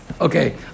okay